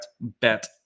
Bet